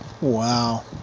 Wow